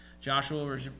Joshua